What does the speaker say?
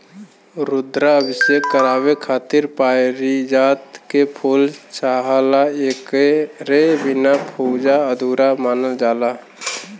रुद्राभिषेक करावे खातिर पारिजात के फूल चाहला एकरे बिना पूजा अधूरा मानल जाला